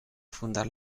fundar